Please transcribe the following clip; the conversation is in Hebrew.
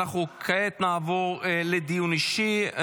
אנחנו כעת נעבור לדיון אישי.